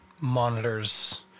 monitors